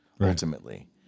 ultimately